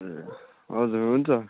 ए हजुर हुन्छ